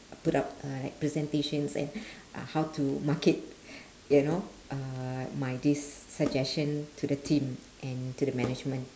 put up uh presentations and uh how to market you know uh my this suggestion to the team and to the management